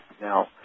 now